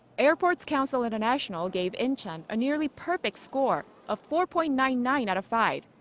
airports council international gave incheon a nearly perfect score, of four point nine nine out of five.